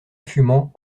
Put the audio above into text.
fumant